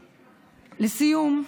לסיום,